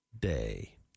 day